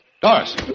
Doris